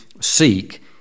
seek